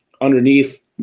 underneath